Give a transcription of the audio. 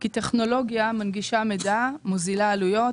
כי טכנולוגיה מנגישה מידע, מוזילה עלויות,